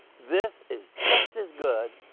this is just as good,